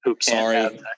Sorry